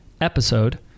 episode